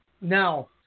Now